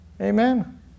amen